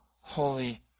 Holy